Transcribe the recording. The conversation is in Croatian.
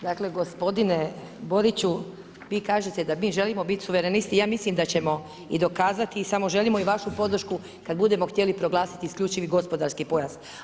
Dakle gospodine Boriću, vi kažete da mi želimo biti suverenisti, ja mislim da ćemo i dokazati i samo želimo i vašu podršku kada budemo htjeli proglasiti isključivi gospodarski pojas.